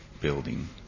building